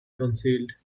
concealed